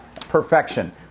Perfection